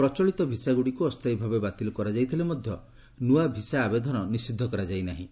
ପ୍ରଚଳିତ ଭିସାଗୁଡ଼ିକୁ ଅସ୍ଥାୟୀ ଭାବେ ବାତିଲ୍ କରାଯାଇଥିଲେ ମଧ୍ୟ ଭିସା ଆବେଦନ ନିଷିଦ୍ଧ କରାଯାଇ ନାହିଁ